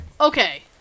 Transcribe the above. Okay